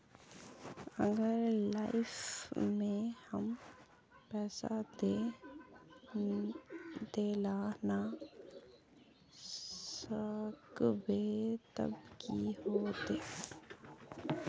अगर लाइफ में हम पैसा दे ला ना सकबे तब की होते?